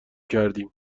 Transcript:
کردیم